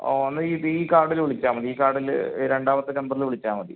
ഒന്ന് ഇത് ഈ കാർഡില് വിളിച്ചാൽ മതി ഈ കാർഡില് രണ്ടാമത്തെ നമ്പറില് വിളിച്ചാൽ മതി